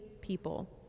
people